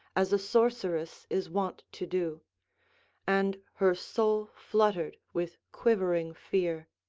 as a sorceress is wont to do and her soul fluttered with quivering fear.